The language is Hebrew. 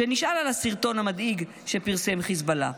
שנשאל על הסרטון המדאיג שפרסם חיזבאללה.